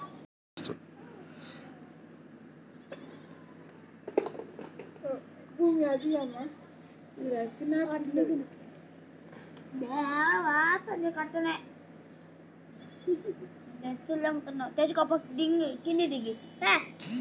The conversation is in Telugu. ఒకప్పుడు సన్ ఫ్లవర్ ఆయిల్ కాకుండా వేరుశనగ, నువ్వుల నూనెను మాత్రమే వంటకు ఉపయోగించేవారు